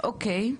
אז אוקי,